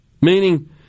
meaning